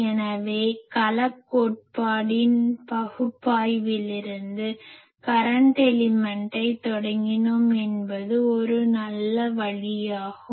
எனவே களக் கோட்பாட்டின் பகுப்பாய்விலிருந்து கரன்ட் எலிமென்ட்டை தொடங்கினோம் என்பது ஒரு நல்ல வழியாகும்